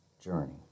journey